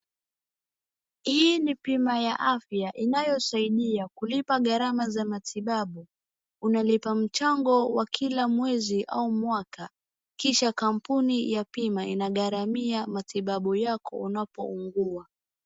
Hii ni bima ya afya inayosaidia kulipa gharama za matibabu. Unalipa mchango wa kila mwezi au mwaka kisha kampuni ya bima ina gharamia matibabu yako unapougua.